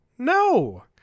No